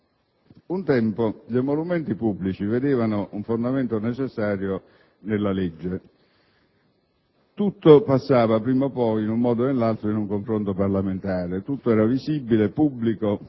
Un tempo gli emolumenti pubblici trovavano un fondamento necessario nella legge. Tutto passava, prima o poi, in un modo o nell'altro, attraverso un confronto parlamentare. Tutto era visibile, pubblico,